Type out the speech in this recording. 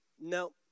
no